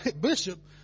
Bishop